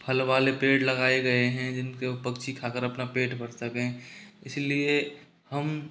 फल वाले पेड़ लगाये गए हैं जिनके वो पक्षी खाकर अपना पेट भर सकें इसलिए हम